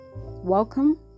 welcome